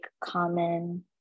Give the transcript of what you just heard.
common